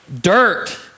dirt